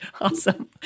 Awesome